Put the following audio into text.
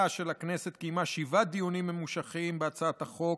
של הכנסת קיימה שבעה דיונים ממושכים בהצעת החוק,